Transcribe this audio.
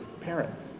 parents